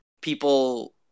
People